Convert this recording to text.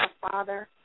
father